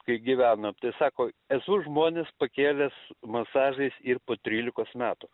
kai gyvenom tai sako esu žmonis pakėlęs masažais ir po trylikos metų